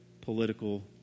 political